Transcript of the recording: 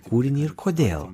kūrinį ir kodėl